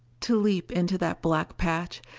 to leap into that black patch,